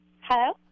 Hello